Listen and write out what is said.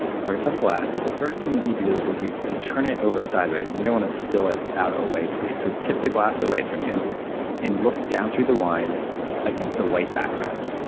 pour yourself a glass. the first thing you do is you you turn it over sideways. and you don't want to spill it out away from you. so tip the glass away from you and look down through the wine against a white background.